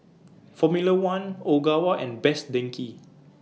Formula one Ogawa and Best Denki